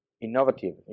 innovative